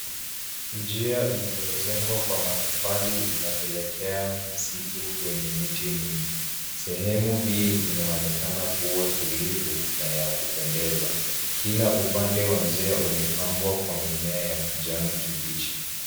Njia iliyojengwa kwa matofali inapelekea msitu wenye miti mingi. Sehemu hii inaonekana kuwa tulivu na ya kupendeza. Kila upande wa njia umepambwa kwa mimea ya kijani kibichi.